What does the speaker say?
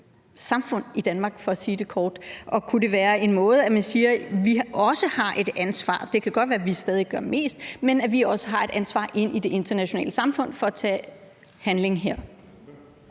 samfundet i Danmark for at sige det kort? Og kunne det være en måde, at man siger, at vi også har et ansvar – det kan godt være, at vi stadig gør mest, men vi har også et ansvar i det internationale samfund for at tage handling her?